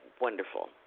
wonderful